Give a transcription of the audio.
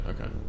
Okay